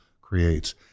creates